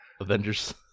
avengers